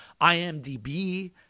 IMDb